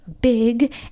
big